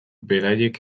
beraiek